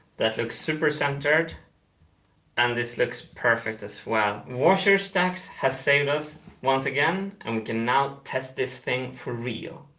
that looks super centered and this looks perfect as well. washer stacks has saved us once again, and we can now test this thing for real.